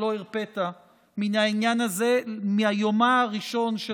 שלא הרפית מן העניין הזה מיומה הראשון של